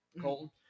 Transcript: Colton